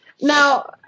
Now